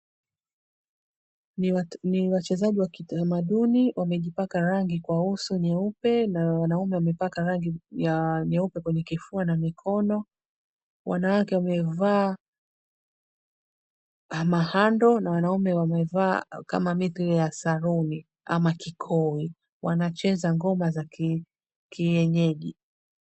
Ni wachezaji wa kitamaduni, wamejipaka rangi kwa uso nyeupe na wanaume wamepaka rangi ya nyeupe kwenye kifua na mikono. Wanawake wamevaa mahando na wanaume wamevaa kama ya mithili ya sarumi ama kikoi. Wanacheza ngoma za kienyeji.